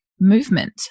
movement